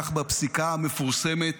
כך בפסיקה המפורסמת